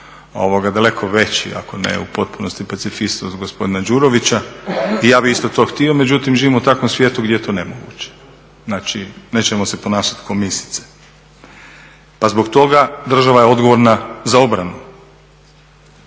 nego, daleko veći ako ne u potpunosti pacifist od gospodina Đurovića, i ja bih isto to htio međutim živimo u takvom svijetu gdje je to nemoguće. Znači nećemo se ponašati kao misice. Pa zbog toga država je odgovorna za obranu.